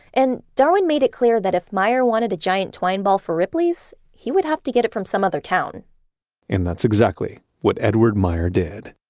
and darwin made it clear that if meyer wanted a giant twine ball for ripley's, he would have to get it from some other town and that's exactly what edward meyer did